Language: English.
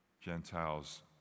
Gentiles